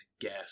guess